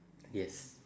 yes